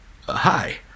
hi